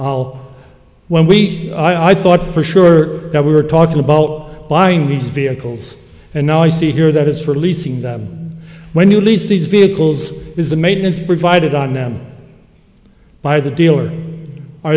all when we i thought for sure that we were talking about buying these vehicles and now i see here that is for leasing when you least these vehicles is the maintenance provided on them by the dealer or